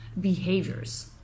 behaviors